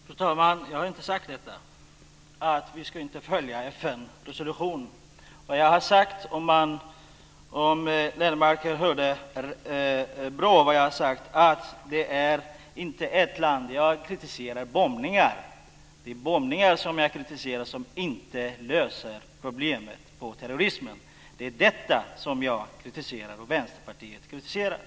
Fru talman! Jag har inte sagt att vi inte ska följa FN:s resolution. Om Lennmarker lyssnade på vad jag sade skulle han ha hört att det inte handlar om ett land. Jag kritiserar bombningar som inte löser problemet med terrorismen. Det är detta som jag och Vänsterpartiet kritiserar.